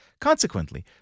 Consequently